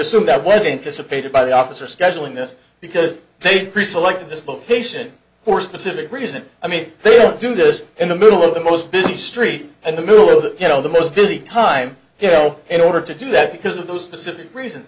assume that was anticipated by the officer scheduling this because they'd pre selected this location for a specific reason i mean they do this in the middle of the most busy street and the middle of the you know the most busy time you know in order to do that because of those specific reason